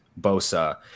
Bosa